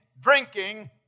drinking